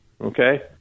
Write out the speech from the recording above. okay